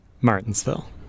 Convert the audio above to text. Martinsville